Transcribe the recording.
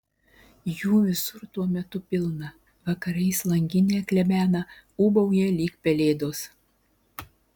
jų visur tuo metu pilna vakarais langinę klebena ūbauja lyg pelėdos